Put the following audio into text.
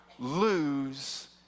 lose